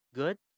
good